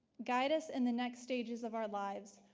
guide us in the next stages of our lives,